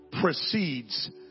precedes